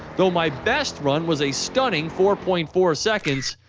though my best run was a stunning four point four seconds,